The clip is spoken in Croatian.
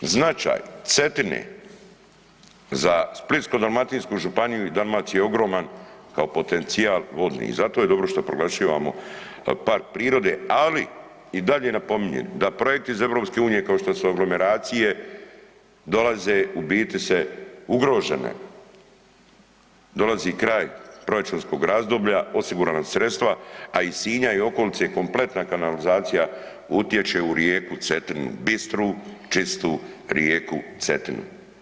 Značaj Cetine za Splitsko-dalmatinsku županiju i Dalmaciju je ogroman kao potencijal vodni i zato je dobro što proglašivamo park prirode, ali i dalje napominjem da projekt iz EU kao što su aglomeracije dolaze u biti se ugrožene, dolazi kraj proračunskog razdoblja, osigurana su sredstva, a iz Sinja i okolice kompletna kanalizacija utječe u rijeku Cetinu, bistru, čistu rijeku Cetinu.